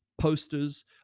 posters